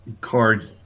card